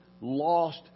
lost